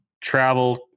travel